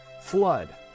flood